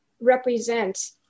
represent